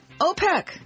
OPEC